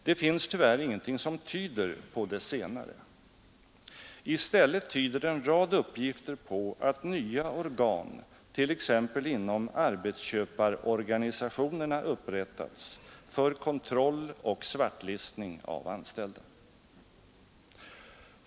Det finns tyvärr ingenting som tyder på det senare. I stället tyder en rad uppgifter på att nya organ t.ex. inom arbetsköparorganisationerna upprättats för kontroll och svartlistning av anställda.